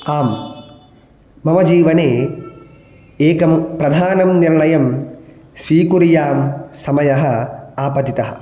आं मम जीवने एकं प्रधानं निर्णयं स्वीकुर्यां समयः आपतितः